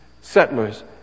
settlers